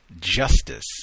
justice